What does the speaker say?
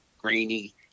grainy